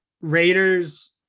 Raiders